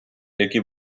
які